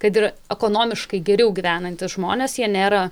kad ir ekonomiškai geriau gyvenantys žmonės jie nėra